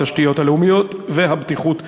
התשתיות הלאומיות והבטיחות בדרכים.